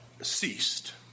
ceased